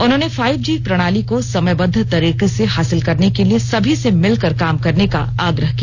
उन्होंने five G प्रणाली को समयबद्ध तरीके से हासिल करने के लिए सभी से मिलकर काम करने का आग्रह किया